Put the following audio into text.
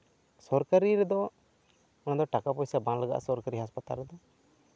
ᱥᱚᱨᱠᱟᱨᱤ ᱨᱮᱫᱚ ᱚᱸᱰᱮ ᱫᱚ ᱴᱟᱠᱟᱼᱯᱚᱭᱥᱟ ᱵᱟᱝ ᱞᱟᱜᱟᱜᱼᱟ ᱚᱸᱰᱮ ᱫᱚ ᱥᱚᱨᱠᱟᱨᱤ ᱦᱟᱸᱥᱯᱟᱛᱟᱞ ᱨᱮᱫᱚ